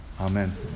amen